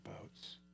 boats